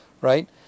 right